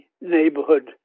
neighborhood